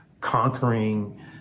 conquering